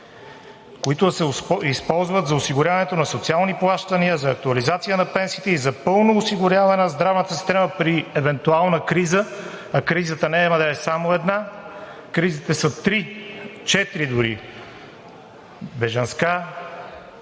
които да се използват за осигуряването на социални плащания, за актуализация на пенсиите и за пълно осигуряване на здравната система при евентуална криза. Кризата няма да е само една – кризите са три, четири дори – бежанска,